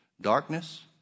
darkness